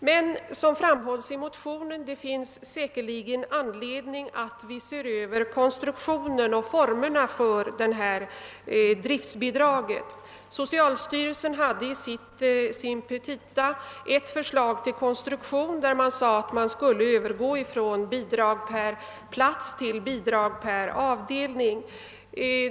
Men som framhållits i motionerna finns det säkert anledning att se över konstruktionen av och formerna för detta driftbidrag. Socialstyrelsen hade i sina petita ett förslag till konstruktion, enligt vilket man skulle övergå från bidrag per plats till bidrag per avdelning.